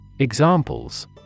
Examples